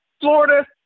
Florida